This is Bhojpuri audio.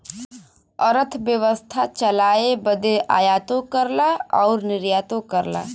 अरथबेवसथा चलाए बदे आयातो करला अउर निर्यातो करला